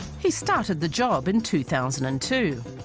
he started the job in two thousand and two